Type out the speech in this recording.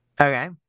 Okay